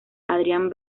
adrian